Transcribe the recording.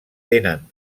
tenen